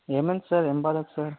ఏమైంది సార్ ఏం బాగలేదు సార్